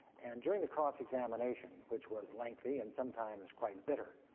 and during the cross examination which was lengthy and sometimes quite bitter,